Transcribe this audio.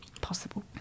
possible